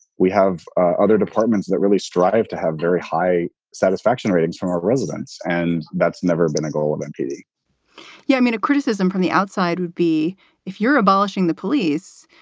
we have other departments that really strive to have very high satisfaction ratings from our residents. and that's never been a goal of mpd yeah, i mean, a criticism from the outside would be if you're abolishing the police,